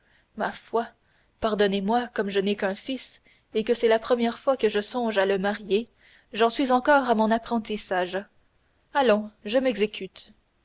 ma foi pardonnez-moi comme je n'ai qu'un fils et que c'est la première fois que je songe à le marier j'en suis encore à mon apprentissage allons je m'exécute